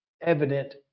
evident